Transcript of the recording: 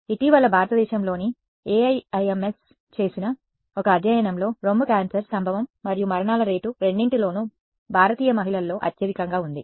ఇటీవల భారతదేశంలోని AIIMS చేసిన ఒక అధ్యయనంలో రొమ్ము క్యాన్సర్ సంభవం మరియు మరణాల రేటు రెండింటిలోనూ భారతీయ మహిళల్లో అత్యధికంగా ఉంది